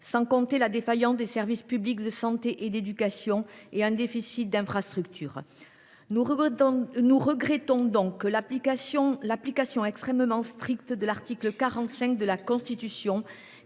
par une défaillance des services publics de santé et d’éducation, ainsi que par un déficit d’infrastructures. Nous regrettons donc l’application extrêmement stricte de l’article 45 de la Constitution,